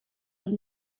and